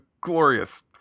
glorious